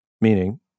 meaning